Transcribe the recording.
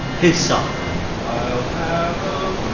his song i'll have a